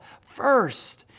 first